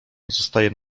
pozostaje